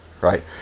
right